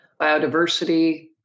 biodiversity